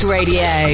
Radio